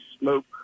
smoke